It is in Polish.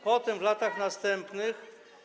Potem, w latach następnych.